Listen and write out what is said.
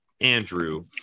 Andrew